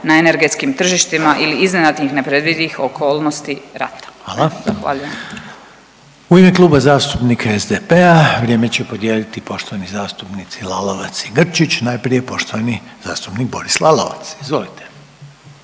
na energetskim tržištima ili iznenadnih nepredvidivih okolnosti rata. …/Upadica Reiner: Hvala/…. Zahvaljujem. **Reiner, Željko (HDZ)** U ime Kluba zastupnika SDP-a vrijeme će podijeliti poštovani zastupnici Lalovac i Grčić, najprije poštovani zastupnik Boris Lalovac, izvolite.